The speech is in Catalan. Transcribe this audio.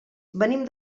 venim